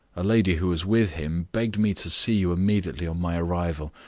a lady who was with him begged me to see you immediately on my arrival,